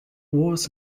was